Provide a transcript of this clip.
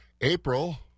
April